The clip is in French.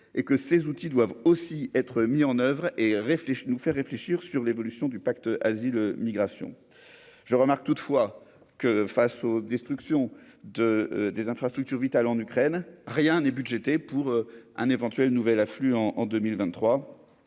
et que ces outils doivent aussi être mis en oeuvre et réfléchi, nous faire réfléchir sur l'évolution du pacte asile migration je remarque toutefois que face aux destructions de des infrastructures vitales en Ukraine, rien n'est budgétée pour un éventuel nouvel afflux en en 2023